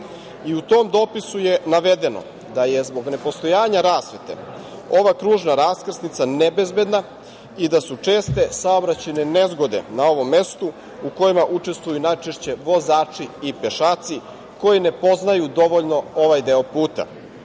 tom dopisu je navedeno da je zbog nepostojanja rasvete ova kružna raskrsnica nebezbedna i da su česte saobraćajne nezgode na ovom mestu u kojima učestvuju najčešće vozači i pešaci koji ne poznaju dovoljno ovaj deo puta.